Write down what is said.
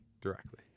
directly